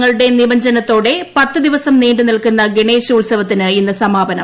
ഗണേശ വിഗ്രഹങ്ങളുടെ നിമജ്ജനത്തോടെ പത്ത് ദിവസം നീണ്ടു നിൽക്കുന്ന ഗണേശോത്സവത്തിന് ഇന്ന് സമാപനം